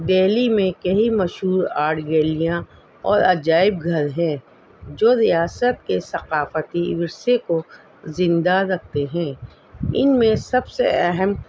دہلی میں کئی مشہور آرٹ گیلیاں اور عجائب گھر ہیں جو ریاست کے ثقافتی ورثے کو زندہ رکھتے ہیں ان میں سب سے اہم